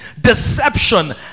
deception